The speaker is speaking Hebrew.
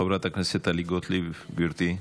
חברת הכנסת טלי גוטליב, גברתי,